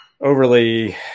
overly